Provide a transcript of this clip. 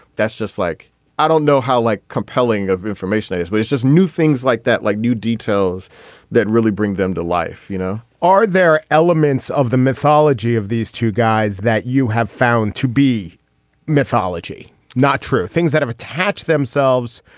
that's just like i don't know how like compelling of information i guess but it's just new things like that like new details that really bring them to life you know are there elements of the mythology of these two guys that you have found to be mythology not true things that have attached themselves.